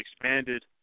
expanded